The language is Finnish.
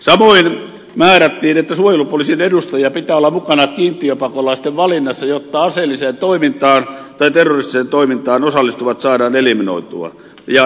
samoin määrättiin että suojelupoliisin edustajan pitää olla mukana kiintiöpakolaisten valinnassa jotta aseelliseen toimintaan tai terroristiseen toimintaan osallistuvat saadaan eliminoitua ja estettyä valintaryhmistä